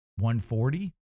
140